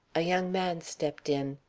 a young man stepped in.